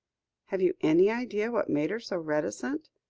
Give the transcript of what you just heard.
have you any idea what made her so reticent?